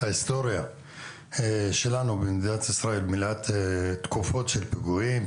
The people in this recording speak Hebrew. ההיסטוריה שלנו במדינת ישראל מלאת תקופות של פיגועים.